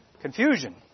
confusion